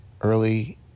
early